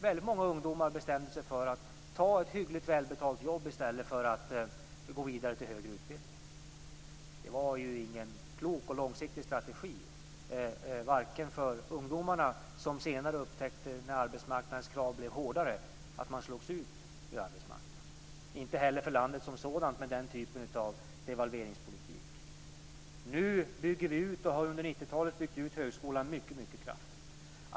Väldigt många ungdomar bestämde sig för att ta ett hyggligt välbetalt jobb i stället för att gå vidare till högre utbildning. Det var ingen klok och långsiktig strategi vare sig för ungdomarna, som när arbetsmarknadens krav blev hårdare upptäckte att de slogs ut från arbetsmarknaden, eller för landet som sådant. Under 90-talet har vi byggt ut högskolan mycket kraftigt.